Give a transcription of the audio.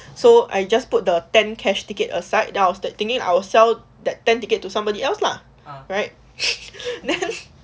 so I just put the ten cash ticket aside then I was thinking I'll sell that ten ticket to get to somebody else lah right then